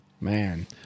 Man